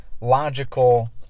logical